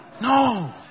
no